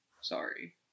Sorry